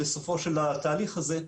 בסופו של התהליך הזה,